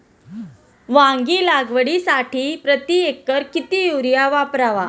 वांगी लागवडीसाठी प्रति एकर किती युरिया वापरावा?